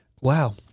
Wow